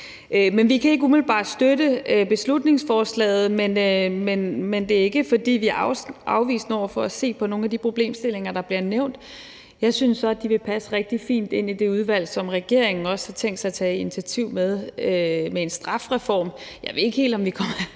Så vi kan ikke umiddelbart støtte beslutningsforslaget, men det er ikke, fordi vi er afvisende over for at se på nogle af de problemstillinger, der bliver nævnt. Jeg synes så, at de vil passe rigtig fint ind i det udvalg, som regeringen også har tænkt sig at tage initiativ til i forhold til en strafreform. Jeg ved ikke helt, om vi kommer til